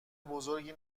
بزرگی